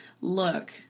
look